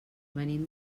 venim